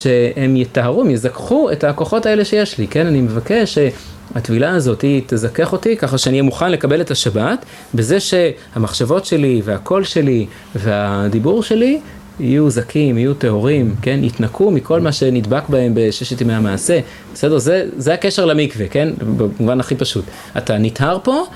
שהם יטהרו, יזכחו את הכוחות האלה שיש לי, כן, אני מבקש שהטבילה הזאת היא תזכך אותי ככה שאני אהיה מוכן לקבל את השבת, בזה שהמחשבות שלי, והקול שלי, והדיבור שלי יהיו זכים, יהיו טהורים, כן, יתנקו מכל מה שנדבק בהם בששת ימי המעשה, בסדר, זה הקשר למקווה, כן, במובן הכי פשוט, אתה נטהר פה